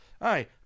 Aye